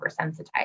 oversensitized